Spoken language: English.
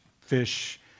fish